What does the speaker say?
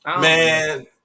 Man